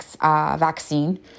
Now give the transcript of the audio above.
vaccine